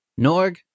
Norg